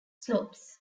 slopes